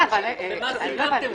מה סיכמתם?